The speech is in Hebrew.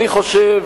אני חושב